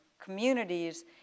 communities